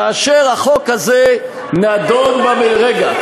כאשר החוק הזה נדון במליאה, רגע.